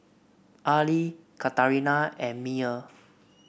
Arley Katarina and Meyer